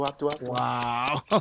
Wow